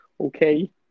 okay